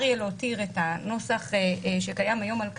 יהיה להותיר את הנוסח שקיים היום על כנו,